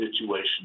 situation